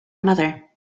another